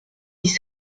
dix